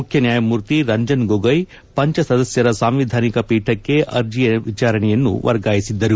ಮುಖ್ಯ ನ್ಯಾಯಮೂರ್ತಿ ರಂಜನ್ ಗೊಗೊಯಿ ಪಂಚ ಸದಸ್ಯರ ಸಾಂವಿಧಾನಿಕ ಪೀಠಕ್ಕೆ ಅರ್ಜಿಯನ್ನು ವಿಚಾರಣೆಗಾಗಿ ವರ್ಗಾಯಿಸಿದ್ದರು